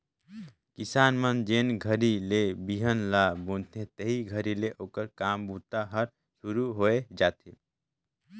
किसान मन जेन घरी ले बिहन ल बुनथे तेही घरी ले ओकर काम बूता हर सुरू होए जाथे